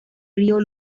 río